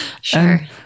Sure